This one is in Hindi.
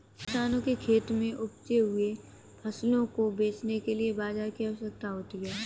किसानों के खेत में उपजे हुए फसलों को बेचने के लिए बाजार की आवश्यकता होती है